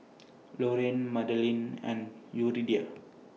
Lorayne Madalyn and Yuridia